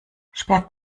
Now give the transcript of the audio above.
sperrt